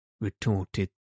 retorted